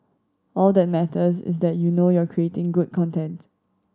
all that matters is that you know you're creating good content